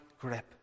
grip